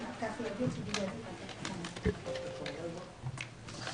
הישיבה ננעלה בשעה 11:56.